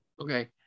Okay